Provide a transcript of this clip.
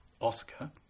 Oscar